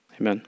Amen